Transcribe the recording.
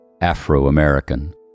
Afro-American